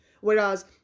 whereas